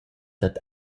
dad